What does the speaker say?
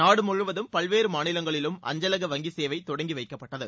நாடு முழுவதும் பல்வேறு மாநிலங்களிலும் அஞ்சலக வங்கிசேவை தொடங்கிவைக்கப்பட்டது